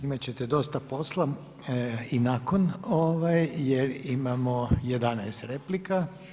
Imat ćete dosta posla i nakon jer imamo 11 replika.